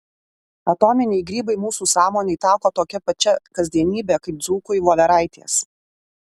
atominiai grybai mūsų sąmonei tapo tokia pačia kasdienybe kaip dzūkui voveraitės